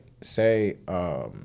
say